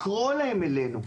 לקרוא להם אלינו,